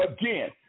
again